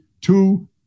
two